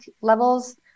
levels